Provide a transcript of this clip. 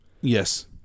Yes